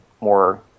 more